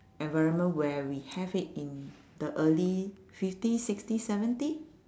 environment where we have it in the early fifty sixty seventy